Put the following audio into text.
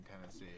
Tennessee